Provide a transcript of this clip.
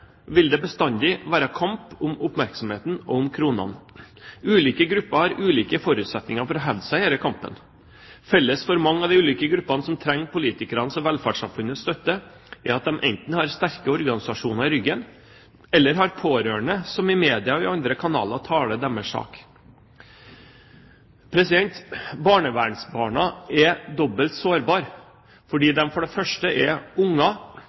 bestandig være kamp om oppmerksomheten og om kronene. Ulike grupper har ulike forutsetninger for å hevde seg i denne kampen. Felles for mange av de ulike gruppene som trenger politikernes og velferdssamfunnets støtte, er at de enten har sterke organisasjoner i ryggen eller har pårørende som i media og i andre kanaler taler deres sak. Barnevernsbarna er dobbelt sårbare, for det første fordi de er